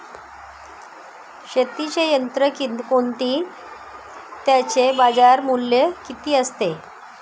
शेतीची यंत्रे कोणती? त्याचे बाजारमूल्य किती असते?